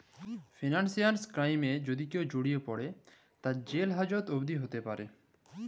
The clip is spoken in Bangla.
ফিনান্সিয়াল ক্রাইমে যদি কেউ জড়িয়ে পরে, তার জেল হাজত অবদি হ্যতে প্যরে